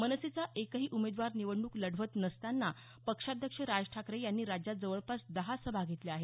मनसेचा एकही उमेदवार निवडणूक लढवत नसतांना पक्षाध्यक्ष राज ठाकरे यांनी राज्यात जवळपास दहा सभा घेतल्या आहेत